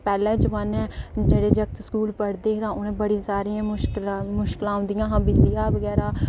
पैह्लें जमानै जेह्ड़े जागत स्कूल पढ़दे हे उ'नें गी बड़ियां जादै मुश्कलां औंदियां हियां बिजली बगैरा